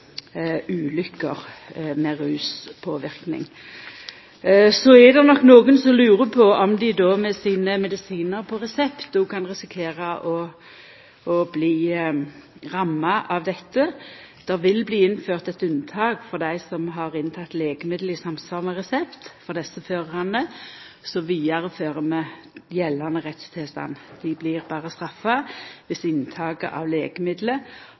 ulykker under ruspåverknad. Så er det nok nokon som lurer på om dei med sine medisinar på resept kan risikera å bli ramma av dette. Det vil bli innført eit unntak for dei som har teke legemiddel i samsvar med resept. For desse førarane vidarefører vi gjeldande rettstilstand. Dei blir berre straffa dersom inntaket av